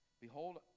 Behold